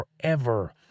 forever